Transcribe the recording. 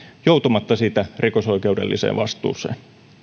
joutumatta siitä rikosoikeudelliseen vastuuseen